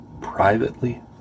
privately